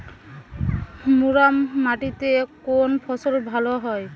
মুরাম মাটিতে কোন ফসল ভালো হয়?